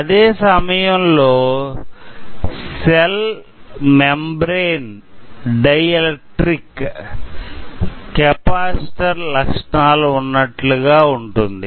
అదే సమయంలో cell membrane dielectric capacitor లక్షణాలు ఉన్నట్లుగా ఉంటుంది